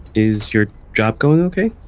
is your job going ok?